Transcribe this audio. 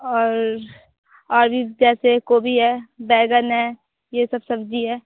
और और भी जैसे गोभी है बैंगन है यह सब सब्ज़ी है